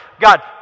God